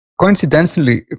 Coincidentally